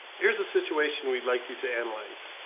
here's a situation we'd like you to analyze.